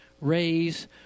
raise